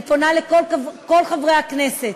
אני פונה לכל חברי הכנסת: